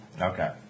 Okay